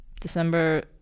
December